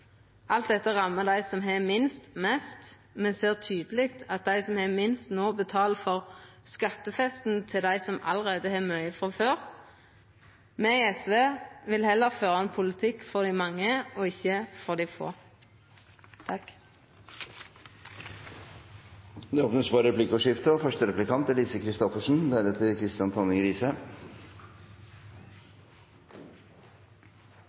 Alt dette rammar dei som har minst, mest. Me ser tydeleg at dei som har minst, no betaler for skattefesten til dei som allereie har mykje frå før. Me i SV vil heller føra ein politikk for dei mange – ikkje for dei få. Det blir replikkordskifte. SV fortjener stor takk for